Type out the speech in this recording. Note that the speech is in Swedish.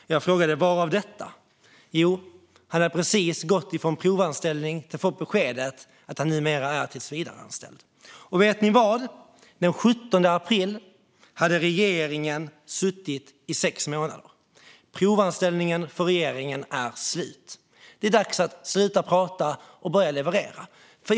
Jag frågade: Vadan detta? Jo, han hade precis fått beskedet att han gått från provanställning till att numera vara tillsvidareanställd. Och vet ni vad? Den 17 april hade regeringen suttit i sex månader. Provanställningen för regeringen är slut. Det är dags att sluta prata och börja leverera.